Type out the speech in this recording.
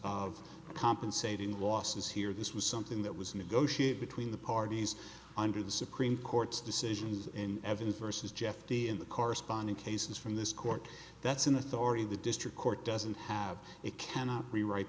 of compensating losses here this was something that was negotiated between the parties under the supreme court's decisions in evidence versus jeff t and the corresponding cases from this court that's an authority the district court doesn't have it cannot rewrite